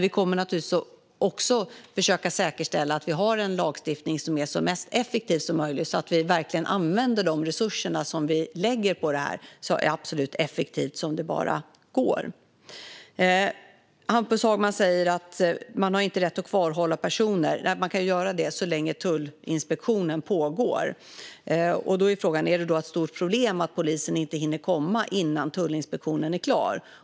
Vi kommer givetvis också att försöka säkerställa att vi har en lagstiftning som är så effektiv som möjligt så att vi verkligen använder de resurser vi lägger på detta så effektivt det bara går. Hampus Hagman säger att man inte har rätt att kvarhålla personer. Nej, men man kan göra det så länge tullinspektionen pågår. Frågan är om det är ett stort problem att polisen inte hinner komma innan tullinspektionen är klar.